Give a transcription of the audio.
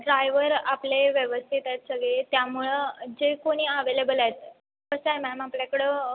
driver आपले व्यवस्थित आहेत सगळे त्यामुळं जे कोणी अवेलेबल आहेत कसं आहे मॅम आपल्याकडं